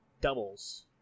doubles